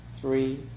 three